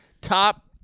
top